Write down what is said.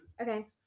Okay